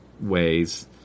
ways